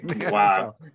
Wow